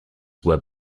were